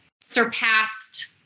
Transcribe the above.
surpassed